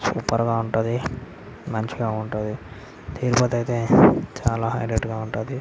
సూపర్గా ఉంటుంది మంచిగా ఉంటుంది తిరుపతి అయితే చాలా హైలెట్గా ఉంటుంది